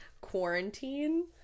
quarantine